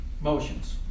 motions